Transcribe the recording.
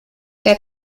der